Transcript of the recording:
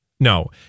No